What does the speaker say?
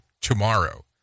tomorrow